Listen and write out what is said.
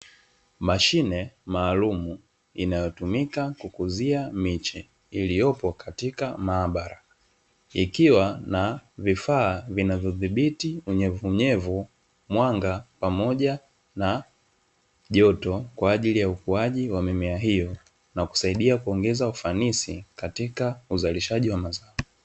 Mashine maalumu inayotumika kukuzia miche iliyopo katika maabara, ikiwa na vifaa vinavyodhibiti uvunyevu, mwanga pamoja na joto kwa ajili ya ukuaji wa mimea hiyo na kusaidia kuongeza ufanisi katika uzalishaji wa mazao.